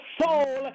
soul